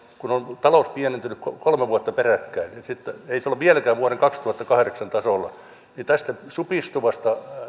kun talous on pienentynyt kolme vuotta peräkkäin ei se ole vieläkään vuoden kaksituhattakahdeksan tasolla joten tästä supistuvasta